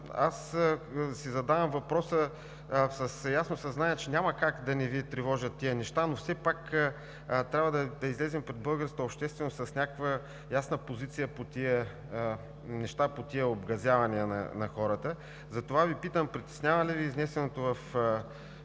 аз си задавам въпроса с ясното съзнание, че няма как да не Ви тревожат тези неща, но все пак трябва да излезем пред българската общественост с някаква ясна позиция по тези обгазявания на хората. Затова Ви питам: притеснява ли Ви изнесеното в